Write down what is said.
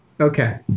okay